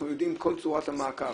אנחנו יודעים את כל צורת המעקב,